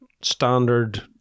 Standard